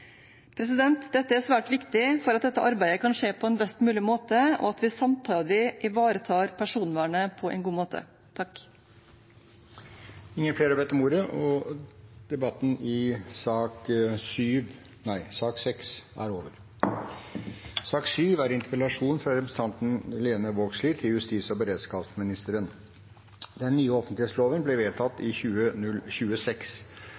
er svært viktig for at dette arbeidet kan skje på best mulig måte, og at vi samtidig ivaretar personvernet på en god måte. Flere har ikke bedt om ordet til sak nr. 6. Eit sterkt demokrati blir i stor grad kjenneteikna av offentlegheit, openheit og at det er